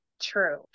true